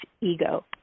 ego